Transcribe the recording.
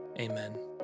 Amen